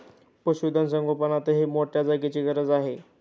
पशुधन संगोपनातही मोठ्या जागेची गरज आहे